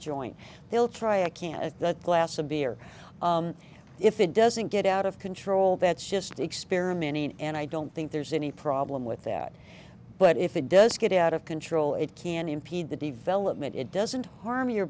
joint they'll try a can of the glass of beer if it doesn't get out of control that's just experimenting and i don't think there's any problem with that but if it does get out of control it can impede the development it doesn't harm your